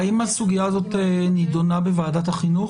האם הסוגיה הזאת נידונה בוועדת החינוך?